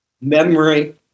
memory